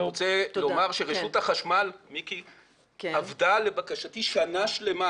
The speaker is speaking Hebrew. רשות החשמל עבדה לבקשתי שנה שלמה